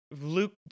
Luke